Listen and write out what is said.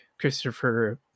christopher